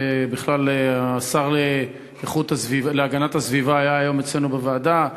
ובכלל השר להגנת הסביבה היה היום אצלנו בוועדה.